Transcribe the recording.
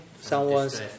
someone's